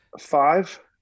Five